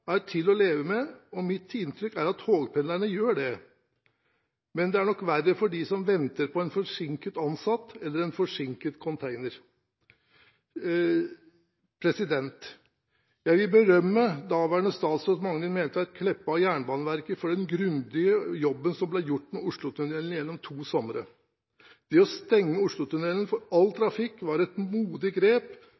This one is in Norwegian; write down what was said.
Jeg vil berømme daværende statsråd Magnhild Meltveit Kleppa og Jernbaneverket for den grundige jobben som ble gjort med Oslotunnelen gjennom to somre. Det å stenge Oslotunnelen for all